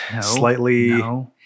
slightly-